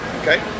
Okay